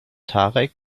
tarek